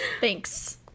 Thanks